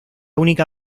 única